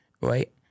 right